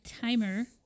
timer